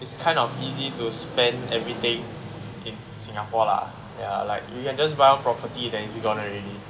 it's kind of easy to spend everything in singapore lah ya like you can just buy one property then it's gone already